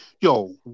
Yo